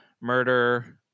murder